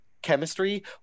Chemistry